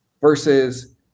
versus